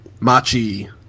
Machi